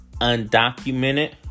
undocumented